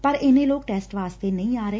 ਪਰ ਇਨ੍ਪਾ ਲੋਕ ਟੈਸਟ ਵਾਸਤੇ ਨਹੀਂ ਆ ਰਹੇ